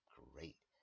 great